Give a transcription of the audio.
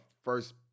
first